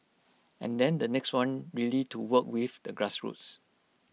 and then the next one really to work with the grassroots